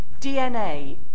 DNA